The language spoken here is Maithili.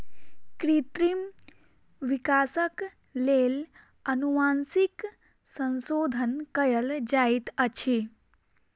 कृत्रिम विकासक लेल अनुवांशिक संशोधन कयल जाइत अछि